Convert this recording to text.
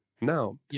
Now